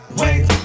wait